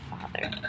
Father